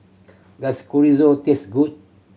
does Chorizo taste good